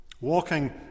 Walking